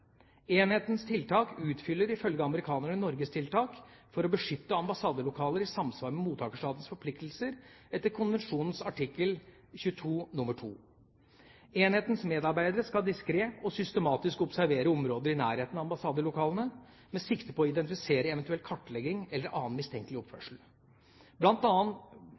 Enhetens tiltak utfyller ifølge amerikanerne Norges tiltak for å beskytte ambassadelokaler i samsvar med mottakerstatens forpliktelser etter konvensjonens artikkel 22 nr. 2. Enhetens medarbeidere skal diskret og systematisk observere områder i nærheten av ambassadelokalene med sikte på å identifisere eventuell kartlegging eller annen mistenkelig oppførsel.